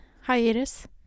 hiatus